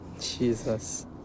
Jesus